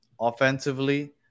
offensively